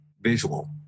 visual